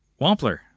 Wampler